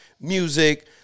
music